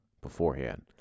beforehand